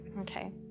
Okay